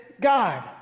God